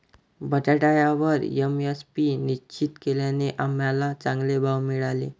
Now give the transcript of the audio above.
बटाट्यावर एम.एस.पी निश्चित केल्याने आम्हाला चांगले भाव मिळाले